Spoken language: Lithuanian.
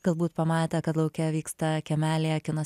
galbūt pamatę kad lauke vyksta kiemelyje kino